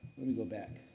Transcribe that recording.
let me go back.